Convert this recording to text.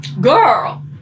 girl